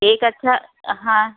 एक अच्छा हाँ